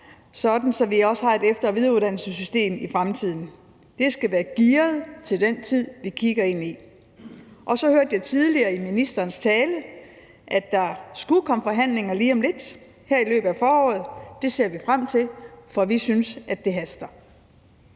sådan at vi også har et efter- og videreuddannelsessystem i fremtiden. Det skal være gearet til den tid, vi kigger ind i. Og så hørte jeg tidligere i ministerens tale, at der skulle komme forhandlinger lige om lidt, her i løbet af foråret, og det ser vi frem til, for vi synes, at det haster.